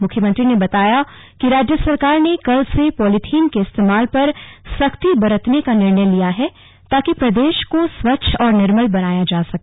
मुख्यमंत्री ने बताया कि राज्य सरकार ने कल से पॉलीथीन के इस्तेमाल पर सख्ती बरतने का निर्णय लिया है ताकि प्रदेश को स्वच्छ और निर्मल बनाया जा सके